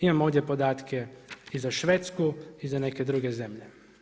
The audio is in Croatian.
Imamo ovdje podatke i za Švedsku i za neke druge zemlje.